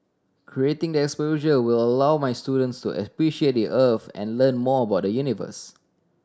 creating the exposure will allow my students to appreciate the Earth and learn more about the universe